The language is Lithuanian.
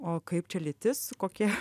o kaip čia lytis kokie